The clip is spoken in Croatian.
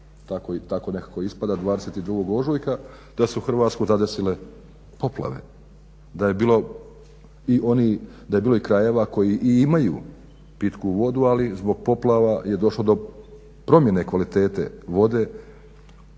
dan proljeća, 22.ožujka da su Hrvatske zadesile poplave, da je bilo i onih, da je bilo i krajeva koji i imaju pitku vodu ali zbog poplava je došlo do promjene kvalitete vode,